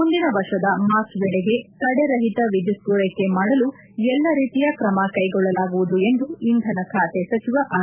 ಮುಂದಿನ ವರ್ಷದ ಮಾರ್ಚ್ ವೇಳೆಗೆ ತಡೆರಹಿತ ವಿದ್ಯುತ್ ಪೂರೈಕೆ ಮಾಡಲು ಎಲ್ಲ ರೀತಿಯ ಕ್ರಮ ಕೈಗೊಳ್ಳಲಾಗುವುದು ಎಂದು ಇಂಧನ ಖಾತೆ ಸಚಿವ ಆರ್